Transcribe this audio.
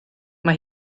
mae